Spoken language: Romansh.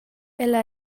ella